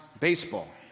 baseball